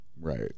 Right